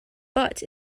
but